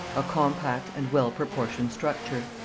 a compact and well-proportioned structure.